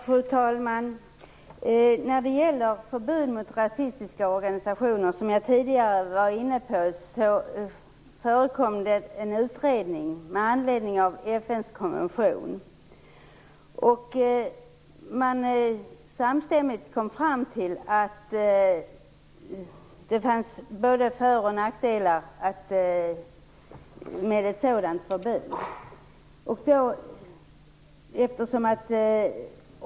Fru talman! Som jag tidigare var inne på förekom det en utredning om förbud mot rasistiska organisationer med anledning av FN:s konvention. Man kom samstämmigt fram till att det fanns både för och nackdelar med ett sådant förbud.